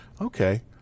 okay